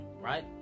right